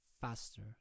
faster